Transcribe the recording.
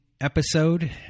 episode